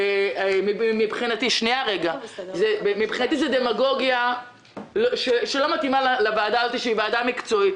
מבחינתי זו דמגוגיה שלא מתאימה לוועדה הזאת שהיא ועדה מקצועית.